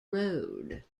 road